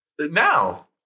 Now